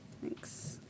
thanks